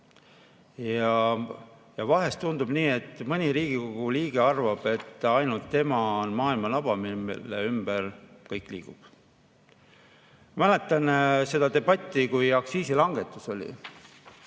Ja vahel tundub, et mõni Riigikogu liige arvab, et ainult tema on maailma naba, mille ümber kõik liigub. Ma mäletan seda debatti, kui aktsiisilangetus oli.